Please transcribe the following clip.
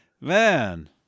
man